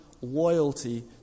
loyalty